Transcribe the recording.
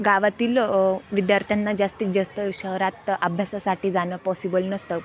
गावातील विद्यार्थ्यांना जास्तीत जास्त शहरात अभ्यासासाठी जाणं पॉसिबल नसतं